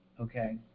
okay